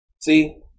See